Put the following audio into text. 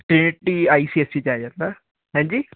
ਸਪੀਨੀਟੀ I C S C ਚ ਆ ਜਾਂਦਾ ਹੈ ਜੀ